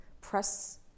press